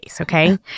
okay